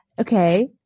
okay